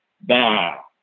Bah